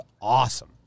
awesome